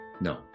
no